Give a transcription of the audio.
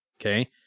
Okay